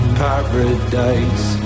paradise